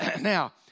Now